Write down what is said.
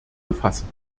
befassen